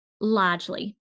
largely